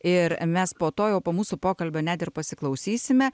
ir mes po to jau po mūsų pokalbio net ir pasiklausysime